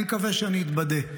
אני מקווה שאני אתבדה.